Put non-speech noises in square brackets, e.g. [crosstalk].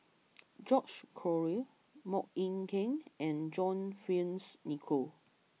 [noise] George Collyer Mok Ying King and John Fearns Nicoll